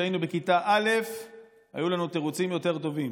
שכשהיינו בכיתה א' היו לנו תירוצים יותר טובים.